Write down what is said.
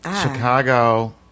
Chicago